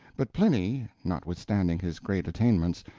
but pliny, notwithstanding his great attainments,